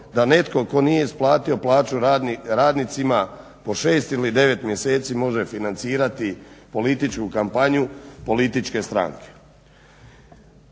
da netko tko nije isplatio plaću radnicima po 6 ili 9 mjeseci može financirati političku kampanju političke strane?